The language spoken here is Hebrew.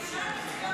אתם בוזזים.